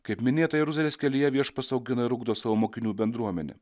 kaip minėta jeruzalės kelyje viešpats augina ir ugdo savo mokinių bendruomenę